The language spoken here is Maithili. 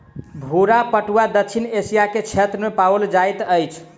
भूरा पटुआ दक्षिण एशिया के क्षेत्र में पाओल जाइत अछि